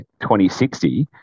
2060